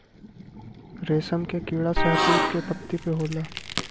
रेशम के कीड़ा शहतूत के पत्ती पे होला